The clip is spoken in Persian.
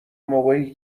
موقعی